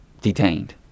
detained